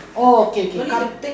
oh okay okay come